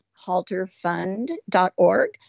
halterfund.org